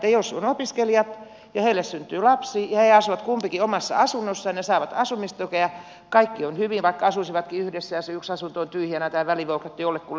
jos on opiskelijat ja heille syntyy lapsi ja he asuvat kumpikin omassa asunnossaan ja saavat asumistukea kaikki on hyvin tai vaikka asuisivatkin yhdessä ja se yksi asunto on tyhjänä tai välivuokrattu jollekulle muulle